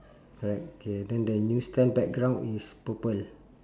correct K then the newsstand background is purple